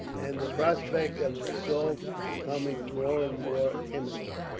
and the prospect of an assault becoming more and more imminent,